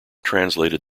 translated